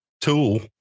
Tool